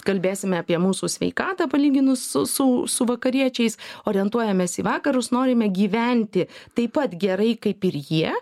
kalbėsime apie mūsų sveikatą palyginus su su su vakariečiais orientuojamės į vakarus norime gyventi taip pat gerai kaip ir jie